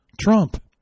Trump